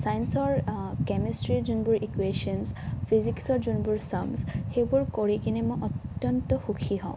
ছায়েঞ্চৰ কেমিষ্ট্ৰিৰ যোনবোৰ ইকুৱেশ্যন্ছ ফিজিক্সৰ যোনবোৰ ছাম্ছ সেইবোৰ কৰি কিনে মই অত্য়ন্ত সুখী হওঁ